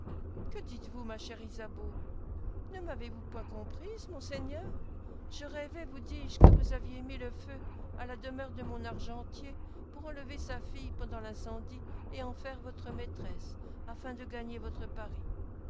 que dites-vous ma chère ysabeau ne m'avez-vous point comprise mon seigneur je rêvais vous disais-je que vous aviez mis le feu à la demeure de mon argentier pour enlever sa fille pendant l'incendie et en faire votre maîtresse afin de gagner votre pari